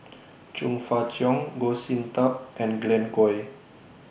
Chong Fah Cheong Goh Sin Tub and Glen Goei